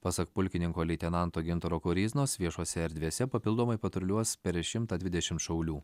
pasak pulkininko leitenanto gintaro koryznos viešose erdvėse papildomai patruliuos per šimtą dvidešim šaulių